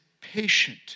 patient